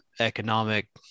economic